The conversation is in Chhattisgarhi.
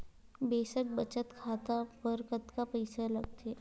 बेसिक बचत खाता बर कतका पईसा लगथे?